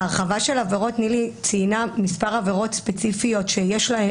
ההרחבה של עבירות מין ציינה מספר עבירות ספציפיות שיש להן